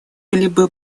либо